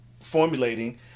formulating